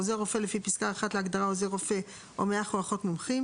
מעוזר רופא לפי פסקה (1) להגדרה עוזר רופא או מאח או אחות מומחים"